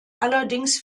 allerdings